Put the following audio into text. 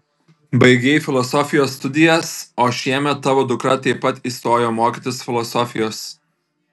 baigei filosofijos studijas o šiemet tavo dukra taip pat įstojo mokytis filosofijos